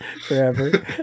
forever